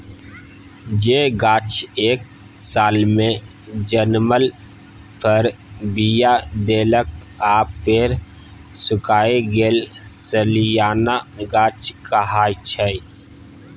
जे गाछ एक सालमे जनमल फर, बीया देलक आ फेर सुखाए गेल सलियाना गाछ कहाइ छै